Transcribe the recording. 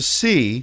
see